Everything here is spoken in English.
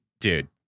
dude